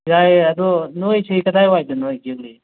ꯌꯥꯏꯌꯦ ꯑꯗꯣ ꯅꯣꯏꯁꯦ ꯀꯗꯥꯏ ꯋꯥꯏꯗꯅꯣ ꯑꯦꯛꯖꯦꯛꯂꯤ